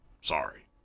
Sorry